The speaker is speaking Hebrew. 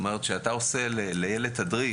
כשאתה עושה לילד תדריך,